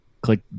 click